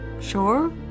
sure